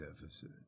deficit